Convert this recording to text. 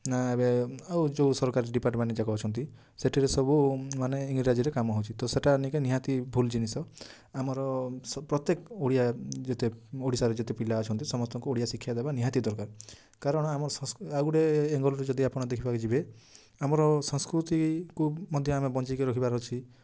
ନା ଏବେ ଆଉ ଯେଉଁ ସରକାରୀ ଡିପାର୍ଟମେଣ୍ଟ ଯାକ ଅଛନ୍ତି ସେଥିରେ ସବୁ ମାନେ ଇଂଗ୍ରାଜୀରେ କାମ ହେଉଛି ତ ସେଟା ନାହିଁକି ନିହାତି ଭୁଲ ଜିନିଷ ଆମର ପ୍ରତ୍ୟେକ ଓଡ଼ିଆ ଯେତେ ଓଡ଼ିଶାରେ ଯେତେ ପିଲା ଅଛନ୍ତି ସମସ୍ତଙ୍କୁ ଓଡ଼ିଆ ଶିକ୍ଷା ଦେବା ନିହାତି ଦରକାର କାରଣ ଆମର ଆଉ ଗୋଟେ ଏଙ୍ଗଲ୍ରୁ ଯଦି ଆପଣ ଦେଖିବାକୁ ଯିବେ ଆମର ସଂସ୍କୃତିକୁ ମଧ୍ୟ ଆମେ ବଞ୍ଚାଇକି ରଖିବାର ଅଛି